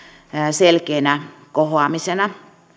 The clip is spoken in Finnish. selkeänä kohoamisena